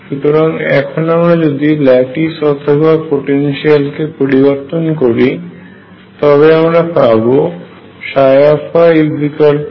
সুতরাং এখন আমরা যদি ল্যাটিস অথবা পোটেনশিয়ালটিকে a পরিমাণ পরিবর্তন করি তবে আমরা পাব yC1x